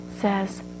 says